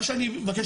מה שאני מבקש,